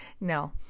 No